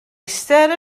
eistedd